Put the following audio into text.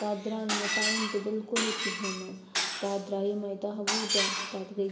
تَتھ درٛاو نہٕ مےٚ ٹایم تہِ بِلکُلٕے کِہیٖنۍ نہٕ تَتھ درٛایہِ یِمَے دَہ وُہ دۄہ تَتھ گٔے